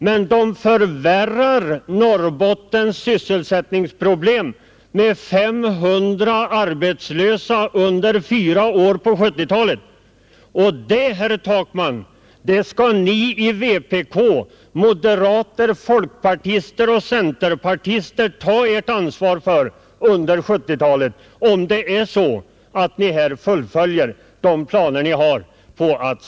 Men det förvärrar Norrbottens sysselsättningsproblem med 500 arbetslösa under 4 år om Ritsemprojektet stoppas. Och det skall ni kommunister, moderater, folkpartister och centerpartister ta ansvaret för under 1970-talet, om ni fullföljer de planer ni nu har.